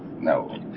No